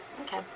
Okay